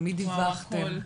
למי דיווחתם?